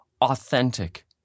authentic